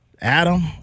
Adam